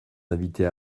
invités